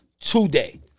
today